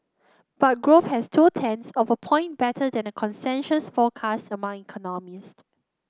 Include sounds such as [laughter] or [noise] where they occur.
but [unintelligible] has two tenths of a point better than a consensus forecast among economist